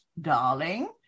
darling